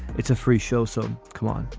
it's a free show, so come on.